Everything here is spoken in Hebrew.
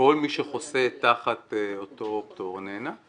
כל מי שחוסה תחת אותו פטור, נהנה.